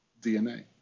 DNA